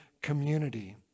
community